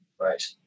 Right